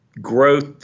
growth